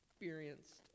experienced